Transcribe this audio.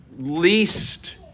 Least